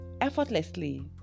effortlessly